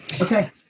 okay